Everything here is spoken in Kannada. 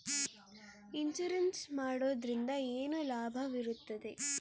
ಇನ್ಸೂರೆನ್ಸ್ ಮಾಡೋದ್ರಿಂದ ಏನು ಲಾಭವಿರುತ್ತದೆ?